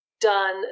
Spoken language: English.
done